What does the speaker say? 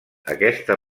aquesta